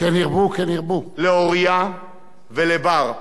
לאוריה ולבר,